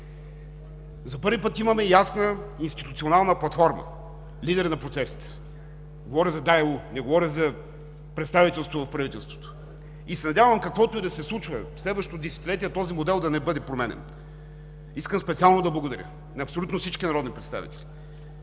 За първи път имаме ясна институционална платформа – лидер на процесите. Говоря за ДАЕУ, не говоря за представителство в правителството. Надявам се, каквото и да се случва през следващото десетилетие, този модел да не бъде променян. Искам специално да благодаря на абсолютно всички народни представители,